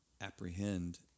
apprehend